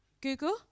Google